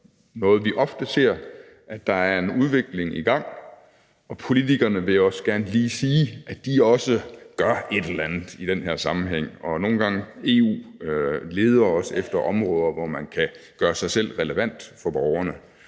noget, vi ofte ser: at der er en udvikling i gang, og politikerne vil også gerne lige sige, at de også gør et eller andet i den her sammenhæng. Nogle gange leder EU også efter områder, hvor man kan gøre sig selv relevant for borgerne,